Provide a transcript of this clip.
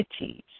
cities